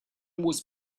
was